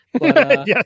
Yes